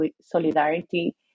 solidarity